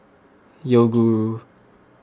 Yoguru